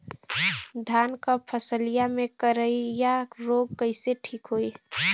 धान क फसलिया मे करईया रोग कईसे ठीक होई?